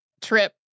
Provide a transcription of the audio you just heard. trip